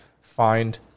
find